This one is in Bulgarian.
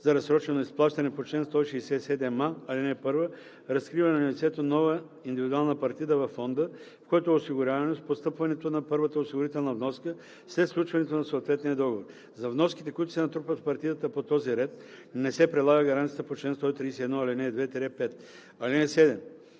за разсрочено изплащане по чл. 167а, ал. 1, разкрива на лицето нова индивидуална партида във фонда, в който е осигурявано, с постъпването на първата осигурителна вноска след сключването на съответния договор. За вноските, които се натрупват в партидата по този ред, не се прилага гаранцията по чл. 131, ал. 2 – 5. (7)